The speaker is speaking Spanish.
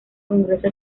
congreso